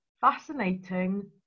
fascinating